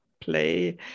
play